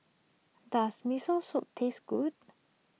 does Miso Soup taste good